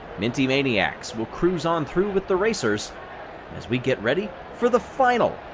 minty maniacs will cruise on through with the racers as we get ready for the final.